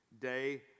day